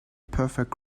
perfect